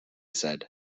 said